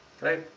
Right